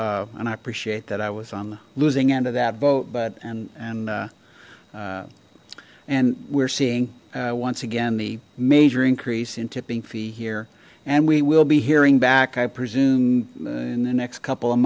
so and i appreciate that i was on losing into that vote but and and and we're seeing once again the major increase in tipping fee here and we will be hearing back i presume in the next couple of